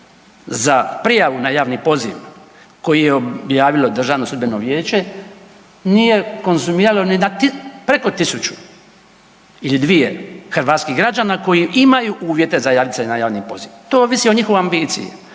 za prijavu na javni poziv koje je objavilo DSV, nije konzumiralo ni preko 1000 ili dvije hrvatskih građana koji imaju uvjete za javni poziv. To ovisi o njihovoj ambiciji